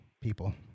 people